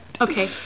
Okay